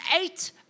eight